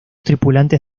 tripulantes